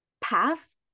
path